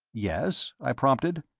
yes? i prompted.